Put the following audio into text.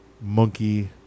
monkey